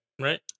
right